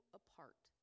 apart